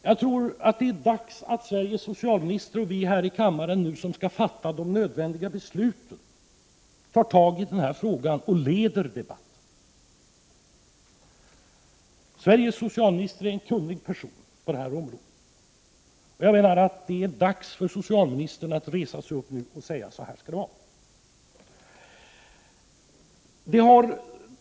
Jag tror att det är dags att Sveriges socialminister och vi här i kammaren som skall fatta de nödvändiga besluten tar tag i denna fråga och leder debatten. Sveriges socialminister är en kunnig person på detta område. Jag menar att det är dags för socialministern att resa sig och säga att så här skall det vara.